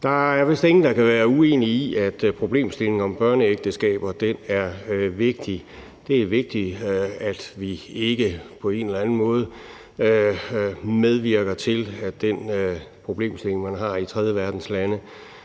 Der er vist ingen, der kan være uenig i, at problemstillingen om børneægteskaber er vigtig. Det er vigtigt, at vi ikke på en eller anden måde medvirker til, at den problemstilling, man har i tredjeverdenslande,